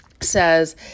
says